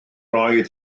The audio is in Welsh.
oedd